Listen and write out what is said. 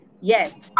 yes